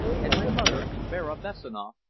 and my mother, vera bessanoff,